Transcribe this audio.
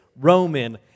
Roman